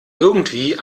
irgendwie